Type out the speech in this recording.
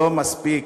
לא מספיק